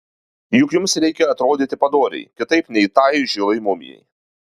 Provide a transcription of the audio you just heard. juk jums reikia atrodyti padoriai kitaip nei tai žilai mumijai